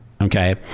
Okay